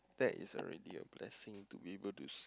that is already a blessing to be able to see